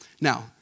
Now